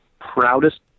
proudest